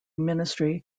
ministry